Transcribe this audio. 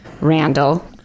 Randall